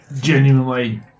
genuinely